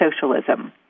socialism